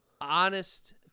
honest